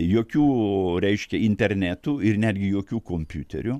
jokių reiškia internetų ir netgi jokių kompiuterių